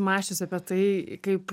mąsčius apie tai kaip